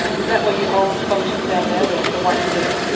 is that where you hold functions down there, the the white pavilion? yeah